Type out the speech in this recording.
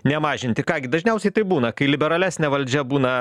nemažinti ką gi dažniausiai taip būna kai liberalesnė valdžia būna